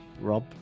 rob